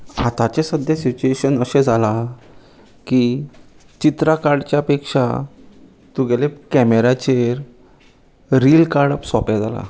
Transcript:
आतांचे सद्द्या सिच्युएशन अशें जाला की चित्रां काडच्या पेक्षा तुगेले कॅमेराचेर रील काडप सोंपें जालां